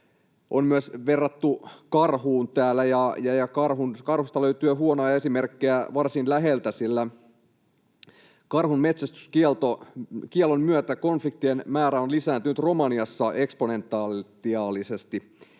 On myös verrattu karhuun täällä, ja karhusta löytyy jo huonoja esimerkkejä varsin läheltä, sillä karhun metsästyskiellon myötä konfliktien määrä on lisääntynyt Romaniassa eksponentiaalisesti.